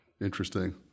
Interesting